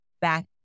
back